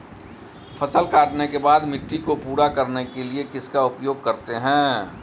फसल काटने के बाद मिट्टी को पूरा करने के लिए किसका उपयोग करते हैं?